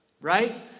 right